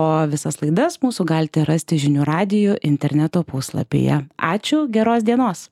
o visas laidas mūsų galite rasti žinių radijo interneto puslapyje ačiū geros dienos